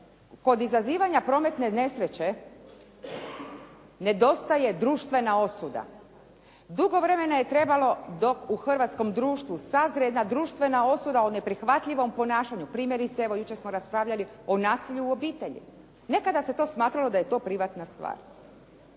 kod izazivanja prometne nesreće nedostaje društvena osuda. Dugo vremena je trebalo dok u hrvatskom društvu sazrje jedna društvena osuda o neprihvatljivom ponašanju, primjerice evo jučer smo raspravljali o nasilju u obitelji, nekada se to smatralo da je to privatna stvar.